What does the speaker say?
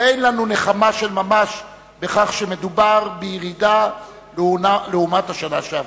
ואין לנו נחמה של ממש בכך שמדובר בירידה לעומת השנה שעברה.